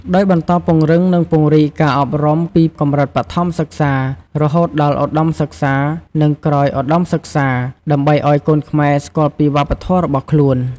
ដោយបន្តពង្រឹង និងពង្រីកការអប់រំពីកម្រិតបឋមសិក្សា រហូតដល់ឧត្តមសិក្សា និងក្រោយឧត្តមសិក្សា ដើម្បីឲ្យកូនខ្មែរស្គាល់ពីវប្បធម៌របស់ខ្លួន។